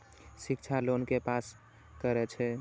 शिक्षा लोन के पास करें छै?